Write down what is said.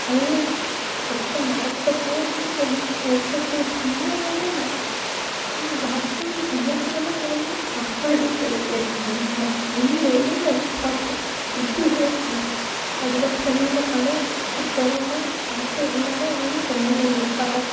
அது வந்து எப்போ நடக்க போகுதுனு தெரியல ஒரு சொட்டு தங்கம் கூட இல்லை இந்தமாதிரி லாக்டவுன் சமயத்தில் நாங்கள் வந்து சாப்பாடுன்றதே வெறும் கஞ்சி தான் மூணு வேளையும் கஞ்சி சாப்பிடுவோம் எதுவும் இருக்காது அதுக்கப்புறம் தான் அந்த பணம் எடுத்துட்டு குடுத்தவங்க தான் காசு எல்லாம் வாங்கி தருவாங்க எங்களுக்காக